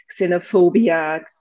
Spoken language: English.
xenophobia